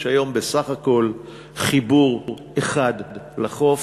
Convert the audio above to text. יש היום בסך הכול חיבור אחד לחוף,